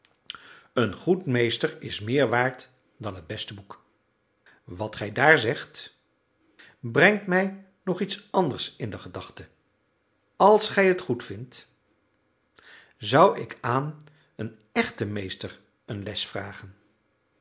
een goed meester is meer waard dan het beste boek wat gij daar zegt brengt mij nog iets anders in de gedachte als gij het goedvindt zou ik aan een echten meester een les vragen